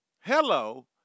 hello